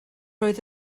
oedd